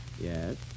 Yes